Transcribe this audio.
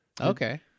Okay